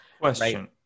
Question